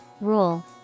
rule